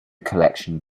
collection